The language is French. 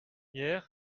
hier